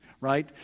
right